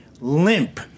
limp